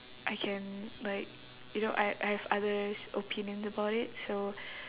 I can like you know I I have others' opinions about it so